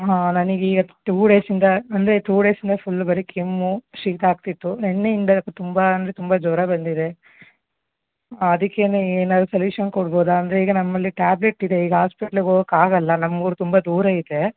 ಹಾಂ ನನಗೆ ಈಗ ಟೂ ಡೇಸಿಂದ ಅಂದರೆ ಟೂ ಡೇಸಿಂದ ಫುಲ್ ಬರಿ ಕೆಮ್ಮು ಶೀತ ಆಗ್ತಿತ್ತು ನಿನ್ನೆಯಿಂದ ತುಂಬ ಅಂದರೆ ತುಂಬ ಜ್ವರ ಬಂದಿದೆ ಅದಕ್ಕೇನೆ ಏನಾದ್ರು ಸಲ್ಯೂಷನ್ ಕೊಡ್ಬೋದಾ ಅಂದರೆ ಈಗ ನಮ್ಮಲ್ಲಿ ಟ್ಯಾಬ್ಲೆಟ್ ಇದೆ ಈಗ ಆಸ್ಪೆಟ್ಲಿಗೆ ಹೋಗಕ್ಕೆ ಆಗೋಲ್ಲ ನಮ್ಮ ಊರು ತುಂಬ ದೂರ ಇದೆ